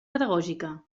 pedagògica